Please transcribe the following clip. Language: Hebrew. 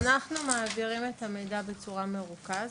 אנחנו מעבירים את המידע בצורה מרוכזת,